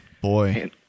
boy